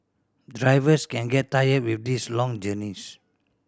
drivers can get tired with these long journeys